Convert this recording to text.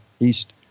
East